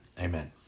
Amen